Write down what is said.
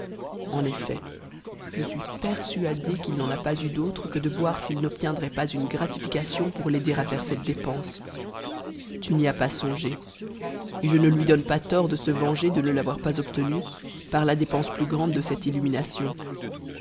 en je suis persuadé qu'il n'en a pas eu d'autre que de voir s'il n'oh ic k i'iut pas une gratification pour l'aider à faire cette dépense tu n'y as ts songé et je ne lui donne pas le tort de se venger de ne l'avoir pas obtenue par la dépense plus grande de cette illumination